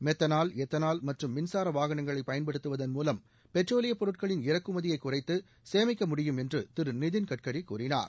methanol ethanol மற்றும் மின்சார வாகனங்களை பயன்படுத்துவதன் மூலம் பெட்ரோலிய பொருட்களின்இறக்குமதியை குறைத்து சேமிக்க முடியும் என்று திரு நிதின்கட்கரி கூறினார்